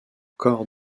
corps